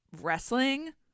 wrestling